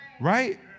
Right